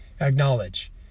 acknowledge